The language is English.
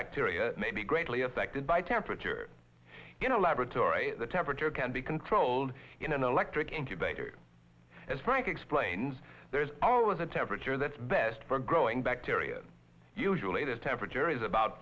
bacteria may be greatly affected by temperature in a laboratory the temperature can be controlled in an electric incubator as frank explains there is always a temperature that's best for growing bacteria usually the temperature is about